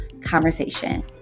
conversation